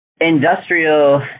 Industrial